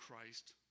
christ